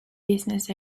business